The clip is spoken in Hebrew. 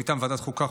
מטעם ועדת החוקה,